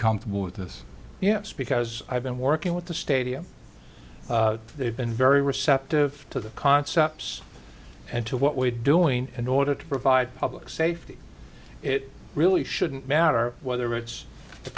comfortable with this yes because i've been working with the stadium they've been very receptive to the concepts and to what we're doing in order to provide public safety it really shouldn't matter whether it's the